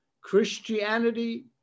Christianity